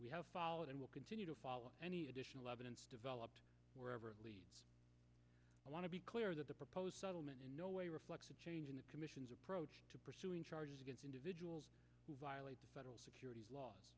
we have followed and will continue to follow any additional evidence developed wherever it leads i want to be clear that the proposed settlement in no way reflects a change in the commission's approach to pursuing charges against individuals who violate the federal securities law